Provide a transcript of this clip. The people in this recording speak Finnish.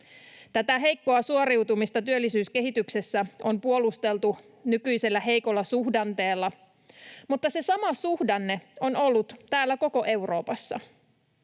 Tätä heikkoa suoriutumista työllisyyskehityksessä on puolusteltu nykyisellä heikolla suhdanteella, mutta se sama suhdanne on ollut koko Euroopassa.